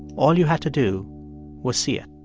all you had to do was see it